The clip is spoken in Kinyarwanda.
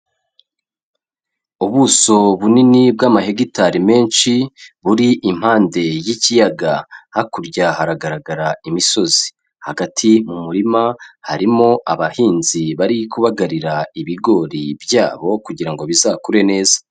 Ubuso bunini bw'amahegitari menshi buri impande y'ikiyaga, hakurya haragaragara imisozi, hagati mu murima harimo abahinzi bari kubagarira ibigori byabo kugira ngo bizakure neza.